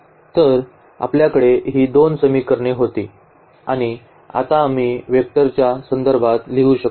तर आपल्याकडे ही दोन समीकरणे होती आणि आता आम्ही वेक्टरच्या संदर्भात लिहू शकतो